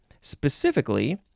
Specifically